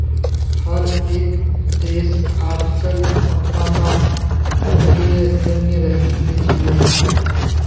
हर एक देश आजकलक अपनाता चलयें जन्य रहिल छे